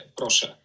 proszę